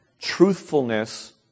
truthfulness